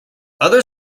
other